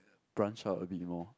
branch out a bit more